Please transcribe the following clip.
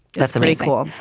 that's pretty cool.